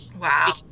Wow